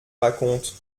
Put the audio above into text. raconte